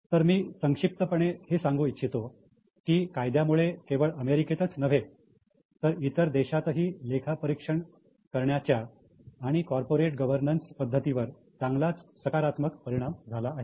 तर मी संक्षिप्तपणे हे सांगू इच्छितो की ह्या कायद्यामुळे केवळ अमेरिकेतच नव्हे तर इतर देशातही लेखापरीक्षण करण्याच्या आणि कॉर्पोरेट गव्हर्नन्स पद्धतीवर चांगलाच सकारात्मक परिणाम झाला आहे